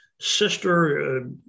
sister